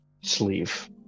sleeve